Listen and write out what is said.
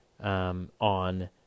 on